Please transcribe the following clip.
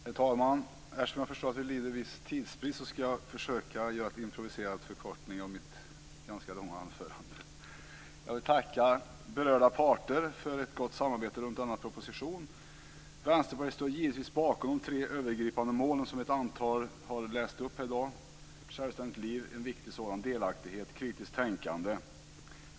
Herr talman! Eftersom jag förstår att vi lider av en viss tidsbrist ska jag försöka att göra improviserad förkortning av mitt ganska långa anförande. Jag vill tacka berörda parter för ett gott samarbete kring denna proposition. Vänsterpartiet står givetvis bakom de tre övergripande målen som har lästs upp här i dag, dvs. självständigt liv, delaktighet och kritiskt tänkande.